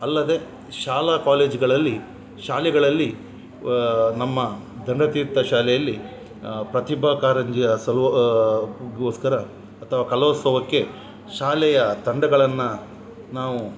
ಅಲ್ಲದೇ ಶಾಲಾ ಕಾಲೇಜುಗಳಲ್ಲಿ ಶಾಲೆಗಳಲ್ಲಿ ನಮ್ಮ ದಂಡ ತೀರ್ಥ ಶಾಲೆಯಲ್ಲಿ ಪ್ರತಿಭಾ ಕಾರಂಜಿಯ ಸಲು ಗೋಸ್ಕರ ಅಥವಾ ಕಲೋತ್ಸವಕ್ಕೆ ಶಾಲೆಯ ತಂಡಗಳನ್ನು ನಾವು